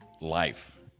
Life